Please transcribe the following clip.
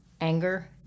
anger